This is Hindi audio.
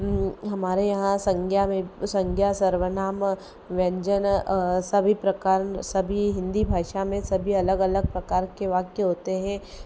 हमारे यहाँ संज्ञा मे संज्ञा सर्वनाम व्यंजन सभी प्रकार सभी हिंदी भाषा में सभी अलग अलग प्रकार के वाक्य होते हैं